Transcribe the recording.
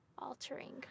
Altering